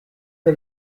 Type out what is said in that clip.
que